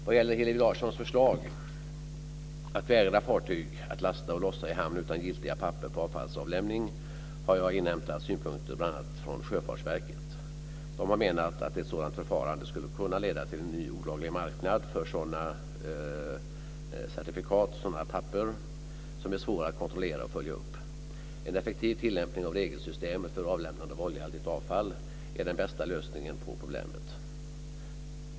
Vad gäller Hillevi Larssons förslag att vägra fartyg att lasta och lossa i hamn utan giltiga papper på avfallsavlämning har jag inhämtat synpunkter från bl.a. Sjöfartsverket. Det har framfört att ett sådant förfarande skulle kunna leda till en ny olaglig marknad för sådana certifikat och dokument som är svåra att kontrollera och följa upp. En effektiv tillämpning av regelsystemet för avlämnande av oljehaltigt avfall är den bästa lösningen på problemet.